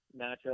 matchup